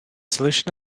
solution